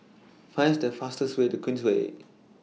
Find The fastest Way to Queensway